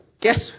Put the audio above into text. Guess